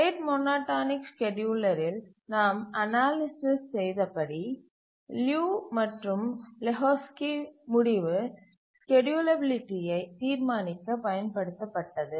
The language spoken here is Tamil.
ரேட் மோனோடோனிக் ஸ்கேட்யூலரில் நாம் அனாலிசிஸ் செய்தபடி லியு மற்றும் லெஹோஸ்கி முடிவு ஸ்கேட்யூலபிலிட்டியை தீர்மானிக்கப் பயன்படுத்தபட்டது